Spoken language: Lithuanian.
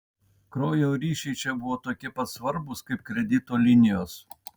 kraujo ryšiai čia buvo tokie pats svarbūs kaip kredito linijos